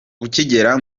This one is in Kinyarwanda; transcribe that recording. ukigera